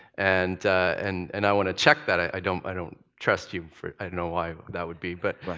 and and and i want to check that, i don't i don't trust you for i don't know why that would be, but